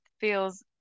feels